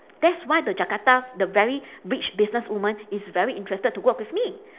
that's why the jakarta the very rich business women is very interested to work with me